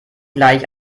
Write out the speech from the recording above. gleich